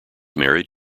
married